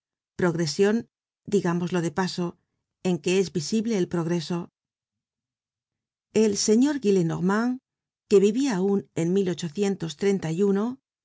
progresion digámoslo de paso en que es visi ble el progreso el señor gillenormand que vivia aun en